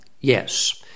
Yes